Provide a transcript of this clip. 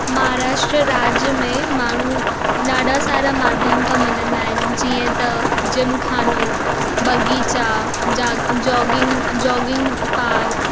महाराष्ट्र राज्य में माण्हू ॾाढा सारा माध्यम खां मिलंदा आहिनि जीअं त जिम ख़ानो बाग़ीचा जा जॉगिंग जॉगिंग पार्क